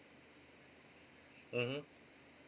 mmhmm